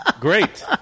Great